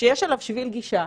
שיש אליו בשביל גישה,